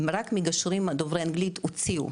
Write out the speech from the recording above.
רק מגשרים דוברי אנגלית הוציאו,